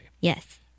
Yes